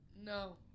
No